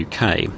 UK